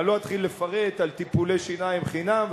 ואני לא אתחיל לפרט על טיפולי שיניים חינם,